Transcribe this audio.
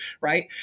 right